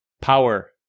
Power